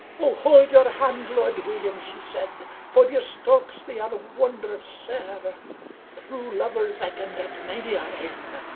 o hold your hand, lord william! she said, for your strokes they are wondrous sair true lovers i can get many a ane,